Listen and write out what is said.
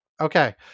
Okay